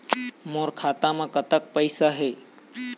मोर खाता म कतक पैसा हे?